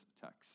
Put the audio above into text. text